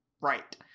right